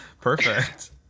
Perfect